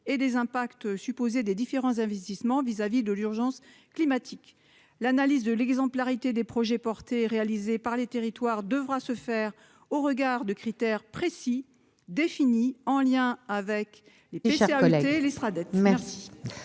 et des impacts des différents investissements vis-à-vis de l'urgence climatique, l'analyse de l'exemplarité des projets portés réalisées par les territoires devra se faire au regard de critères précis, défini en lien avec les l'estrade.